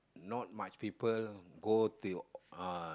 not much people go to your uh